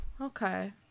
okay